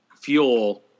fuel